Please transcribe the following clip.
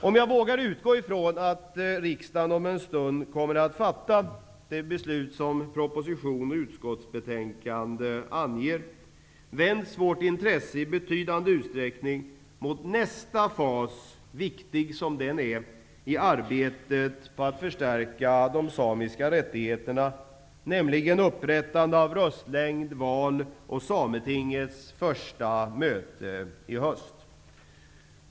Om jag vågar utgå från att riksdagen om en stund kommer att fatta det beslut som anges i proposition och utskottsbetänkande, vänds vårt intresse i betydande utsträckning mot nästa fas -- viktig som den är -- i arbetet på att förstärka de samiska rättigheterna, nämligen upprättande av röstlängd, val och Sametingets första möte i höst.